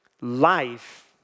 Life